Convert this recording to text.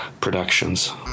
productions